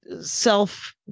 self